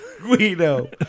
Guido